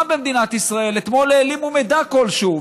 במדינת ישראל אתמול העלימו מידע כלשהו,